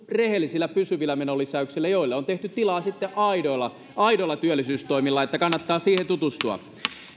rehellisillä pysyvillä menolisäyksillä joille on tehty tilaa aidoilla aidoilla työllisyystoimilla niin että kannattaa siihen tutustua